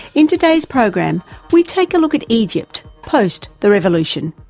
in today's program we take a look at egypt post the revolution.